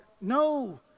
No